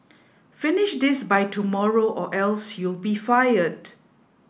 finish this by tomorrow or else you'll be fired